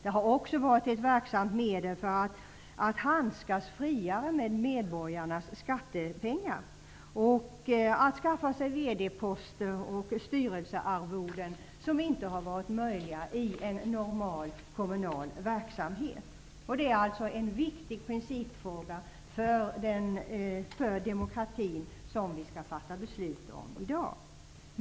De har också varit ett verksamt medel när det gällt att handskas friare med medborgarnas skattepengar och att skaffa sig en VD-post eller styrelsearvoden som det inte varit möjligt att skaffa sig i en normal kommunal verksamhet. Det är alltså en viktig demokratisk principfråga som vi i dag skall fatta beslut om.